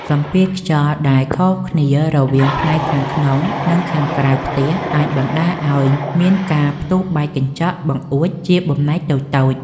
សម្ពាធខ្យល់ដែលខុសគ្នារវាងផ្នែកខាងក្នុង និងខាងក្រៅផ្ទះអាចបណ្តាលឱ្យមានការផ្ទុះបែកកញ្ចក់បង្អួចជាបំណែកតូចៗ។